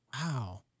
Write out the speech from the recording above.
Wow